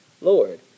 Lord